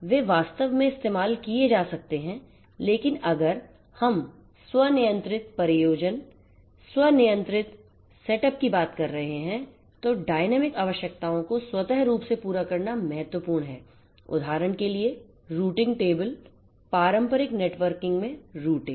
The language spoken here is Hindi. वे वास्तव में इस्तेमाल किए जा सकते है लेकिन अगर हम स्वनियंत्रितपरिनियोजन स्वनियंत्रित सेटअप की बात कर रहे हैं तो डायनामिकआवश्यकताओं को स्वत रूप से पूरा करना महत्वपूर्ण है उदाहरण के लिए रूटिंग टेबलपारंपरिक नेटवर्क में रूटिंग